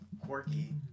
quirky